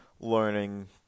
learning